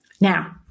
Now